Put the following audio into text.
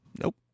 Nope